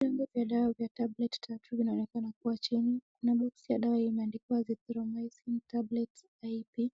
Pande vya dawa za tablet tatu zinaonekana kuwa chini na boxi ya dawa hii imeandikwa azithromycin tablet IP